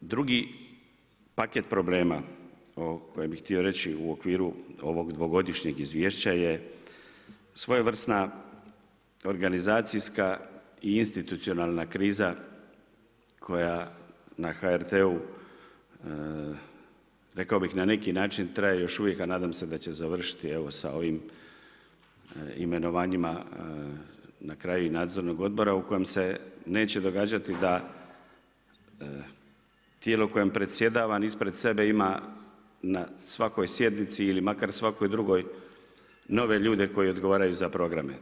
Drugi paket problema o kojem bih htio reći u okviru ovog dvogodišnjeg izvješća je svojevrsna organizacijska i institucionalna kriza koja na HRT-u rekao bih na neki način traje još uvijek, a nadam se da će završiti evo sa ovim imenovanjima na kraju i Nadzornog odbora u kojem se neće događati da tijelu kojem predsjedavam ispred sebe ima na svakoj sjednici ili makar svakoj drugoj nove ljude koji odgovaraju za programe.